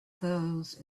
those